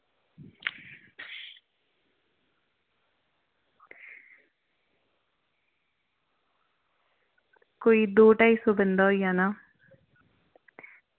कोई दो ढाई सौ बंदा होई जाना